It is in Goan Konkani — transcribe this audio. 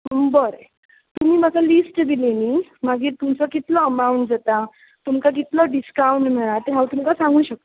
बरें तुमी म्हाका लिस्ट दिली न्हय मागीर तुमचो कितलो अमावंट जाता तुमकां कितलो डिस्कावंट मेळ्ळा ते हांव तुमकां सांगू शकता